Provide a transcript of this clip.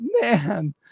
man